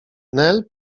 nel